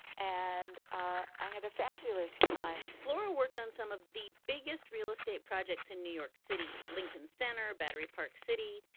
and i had a fabulous time flora worked on some of the biggest real estate projects in new york city, lincoln center, battery park city.